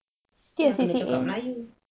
kena cakap melayu